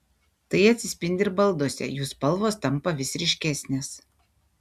tai atsispindi ir balduose jų spalvos tampa vis ryškesnės